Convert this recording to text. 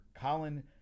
Colin